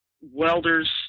welders